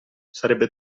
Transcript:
sarebbe